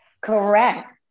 Correct